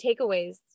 takeaways